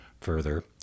further